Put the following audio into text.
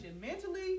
Mentally